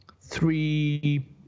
three